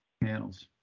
panels